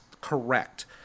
correct